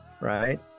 right